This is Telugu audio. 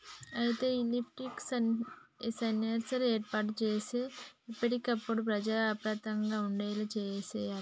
అయితే ఈ లిఫ్ట్ సెన్సార్ ఏర్పాటు సేసి ఎప్పటికప్పుడు ప్రజల అప్రమత్తంగా ఉండేలా సేయాలి